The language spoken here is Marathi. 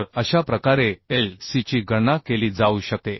तर अशा प्रकारे Lc ची गणना केली जाऊ शकते